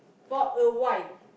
for a while